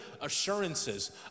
assurances